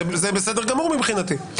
זה בסדר מבחינתי.